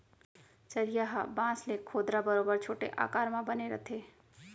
चरिहा ह बांस ले खोदरा बरोबर छोटे आकार म बने रथे